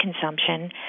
consumption